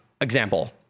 example